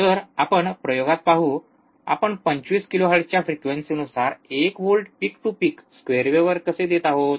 तर आपण प्रयोगात पाहू आपण २५ किलोहर्ट्झच्या फ्रिक्वेंसीनुसार एक volt peak to peak square वेव्हवर कसे देत आहोत